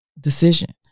decision